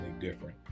different